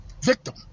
victim